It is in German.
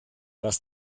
was